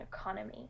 economy